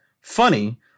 Funny